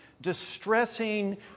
distressing